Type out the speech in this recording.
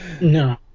No